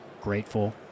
grateful